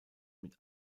mit